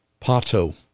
Pato